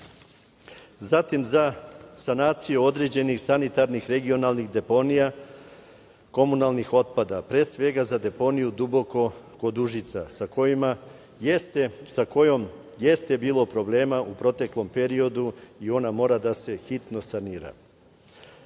Zatim za sanaciju određenih sanitarnih regionalnih deponija komunalnih otpada, pre svega za deponiju „Duboko“ kod Užica, sa kojom jeste bilo problema u proteklom periodu i ona mora da se hitno